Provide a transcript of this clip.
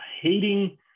hating